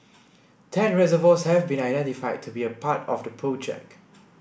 ten reservoirs have been identified to be a part of the project